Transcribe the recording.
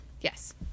Yes